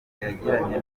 yagiranye